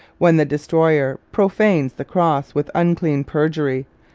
when the destroyer profanes the cross with unclean perjury,